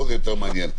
פה זה יותר מעניין.